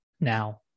now